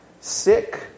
sick